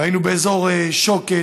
ראינו באזור שוקת,